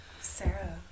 Sarah